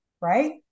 Right